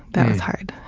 that was hard.